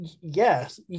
Yes